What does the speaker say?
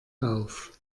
auf